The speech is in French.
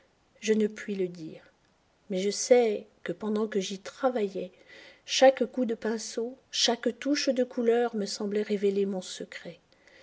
je ne puis le dire mais je sais que pendant que j'y travaillais chaque coup de pinceau chaque touche de couleur me semblaient révéler mon secret